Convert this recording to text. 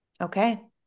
Okay